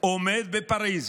עומד בפריז,